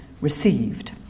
received